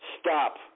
stop